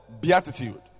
Beatitude